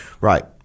Right